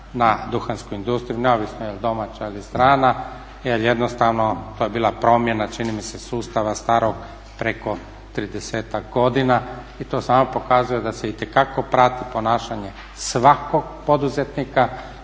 na duhansku industriju, neovisno je l domaća ili strana jer jednostavno to je bila promjena čini mi se sustava starog preko 30-ak godina i to samo pokazuje da se itekako prati ponašanje svakog poduzetnika